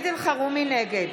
נגד